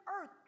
earth